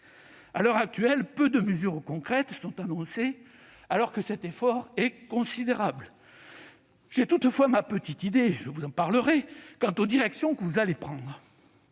À l'heure actuelle, peu de mesures concrètes sont annoncées, alors que cet effort est considérable. J'ai toutefois ma petite idée- je vous en parlerai -quant aux directions que vous prendrez